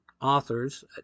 authors